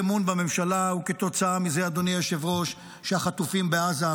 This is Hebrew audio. האי-אמון בממשלה הוא כתוצאה מזה שהחטופים בעזה,